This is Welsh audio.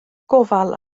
gofal